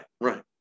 Right